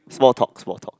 small talk small talk